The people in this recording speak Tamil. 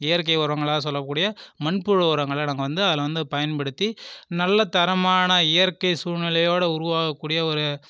இயற்கை உரங்களாக சொல்லக்கூடிய மண்புழு உரங்களை நாங்கள் வந்து அதில் வந்து பயன்படுத்தி நல்ல தரமான இயற்கை சூழ்நிலையோடு உருவாகக்கூடிய ஒரு